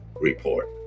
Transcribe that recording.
report